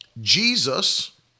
Jesus